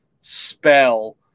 spell